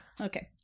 Okay